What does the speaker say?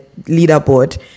leaderboard